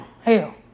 Hell